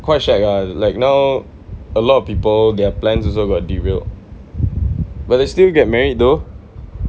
quite shag ah like now a lot of people their plans also got derailed but they still get married though